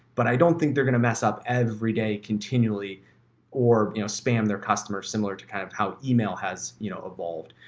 but i don't think they're going to mess up every day continually or spam their customers similar to kind of how email has you know evolved.